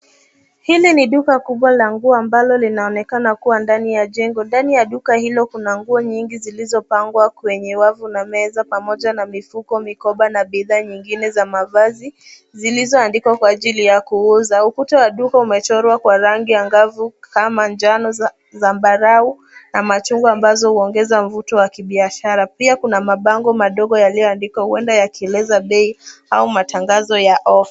Hili ni duka kubwa la nguo ambalo linaonekana kuwa ndani ya jengo. Ndani ya duka hilo kuna nguo nyingi zilizopangwa kwenye wavu na meza pamoja na mifuko, mikoba na bidhaa nyingine za mavazi zilizoanikwa kwa ajili ya kuza. Ukuta wa duka umechorwa kwa rangi angavu kama njano, zambarau na machungwa ambazo huongeza mvuto wa biashara pia kuna mabango madogo yaliyoandikwa huenda yakieleza bei au matangazo ya ofa.